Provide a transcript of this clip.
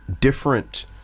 different